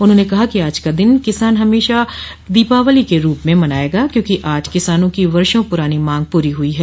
उन्होंने कहा कि आज का दिन किसान हमेशा दीपावली के रूप में मनायेगा क्योंकि आज किसानों की वर्षो पुरानी मांग पूरी हुई है